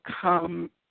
come